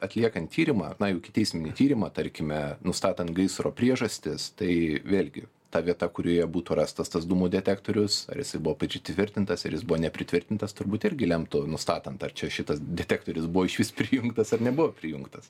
atliekant tyrimą na jau ikiteisminį tyrimą tarkime nustatant gaisro priežastis tai vėlgi ta vieta kurioje būtų rastas tas dūmų detektorius ar jisai buvo pridžitvirtintas ar jis buvo nepritvirtintas turbūt irgi lemtų nustatant ar čia šitas detektorius buvo išvis prijungtas ar nebuvo prijungtas